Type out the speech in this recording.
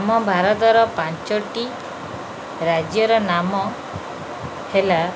ଆମ ଭାରତର ପାଞ୍ଚଟି ରାଜ୍ୟର ନାମ ହେଲା